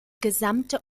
gesamte